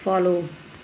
follow